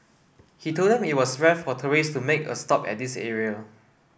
he told them that it was rare for tourist to make a stop at this area